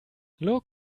look